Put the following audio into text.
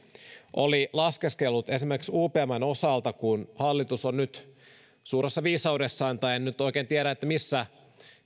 oli laskeskellut esimerkiksi upmn osalta että kun hallitus on nyt suuressa viisaudessaan tai en nyt oikein tiedä missä